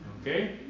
Okay